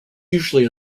usually